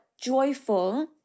joyful